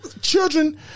children